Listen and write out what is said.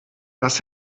das